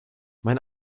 mein